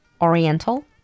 oriental